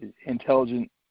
intelligent